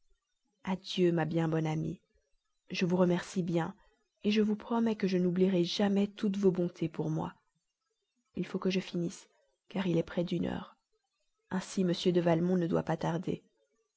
adieu ma bien bonne amie je vous remercie bien je vous promets que je n'oublierai jamais toutes vos bontés pour moi il faut que je finisse car il est près d'une heure ainsi m de valmont ne doit pas tarder